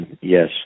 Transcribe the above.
Yes